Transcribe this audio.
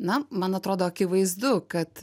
na man atrodo akivaizdu kad